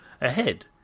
ahead